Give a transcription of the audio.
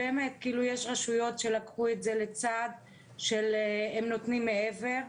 יש רשויות שלקחו את זה לצד שהם נותנים מעבר,